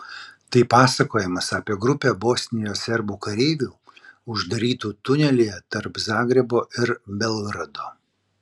tai pasakojimas apie grupę bosnijos serbų kareivių uždarytų tunelyje tarp zagrebo ir belgrado